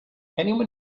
anyone